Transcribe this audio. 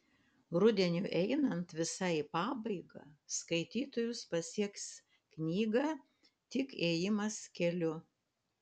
rudeniui einant visai į pabaigą skaitytojus pasieks knygą tik ėjimas keliu